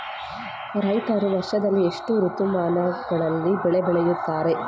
ರೈತರು ವರ್ಷದಲ್ಲಿ ಎಷ್ಟು ಋತುಮಾನಗಳಲ್ಲಿ ಬೆಳೆ ಬೆಳೆಯುತ್ತಾರೆ?